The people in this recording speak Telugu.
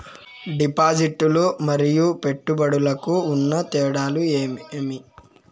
డిపాజిట్లు లు మరియు పెట్టుబడులకు ఉన్న తేడాలు ఏమేమీ?